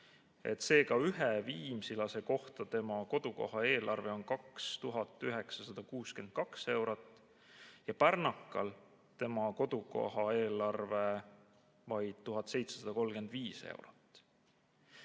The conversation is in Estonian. Seega, ühe viimsilase kohta on tema kodukoha eelarve 2962 eurot ja pärnakal tema kodukoha eelarve vaid 1735 eurot.